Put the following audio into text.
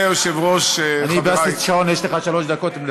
יש שלט שאומר, לא נכנסים.